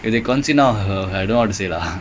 if their guns you know he heard odyssey lah